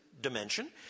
dimension